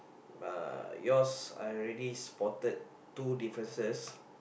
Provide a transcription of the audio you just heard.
uh yours I already spotted two differences